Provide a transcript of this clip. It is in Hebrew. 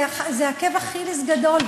זה עקב אכילס גדול,